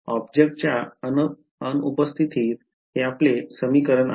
ऑब्जेक्टच्या अनुपस्थितीत हे आपले समीकरण आहे